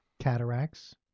cataracts